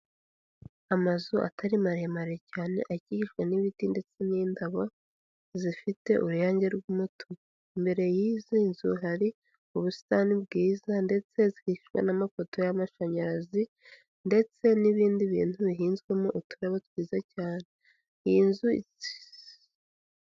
Amazu atari maremare cyane akikiwe n'ibiti ndetse n'indabo zifite uruyange rw'umutuku. Imbere y'izi nzu hari ubusitani bwiza, ndetse zikikijwe n'amapoto y'amashanyarazi ndetse n'ibindi bintu bihinzwemo uturabo twiza cyane .Iyi nzu